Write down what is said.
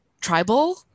tribal